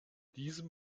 diesem